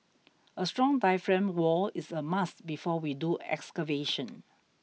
a strong diaphragm wall is a must before we do excavation